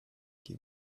die